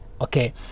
Okay